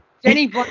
Jenny